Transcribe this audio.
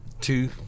Two